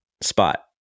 spot